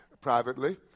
privately